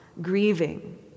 grieving